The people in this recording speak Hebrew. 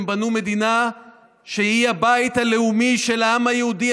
הם בנו מדינה שהיא הבית הלאומי של העם היהודי,